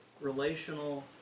relational